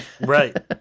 Right